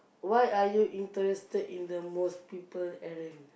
what are you interested in the most people